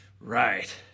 Right